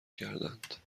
کردند